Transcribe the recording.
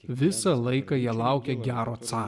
visą laiką jie laukia gero caro